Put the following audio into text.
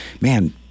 man